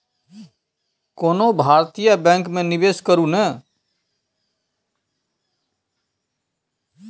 कोनो भारतीय बैंक मे निवेश करू ने